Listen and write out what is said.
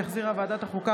שהחזירה ועדת החוקה,